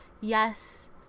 yes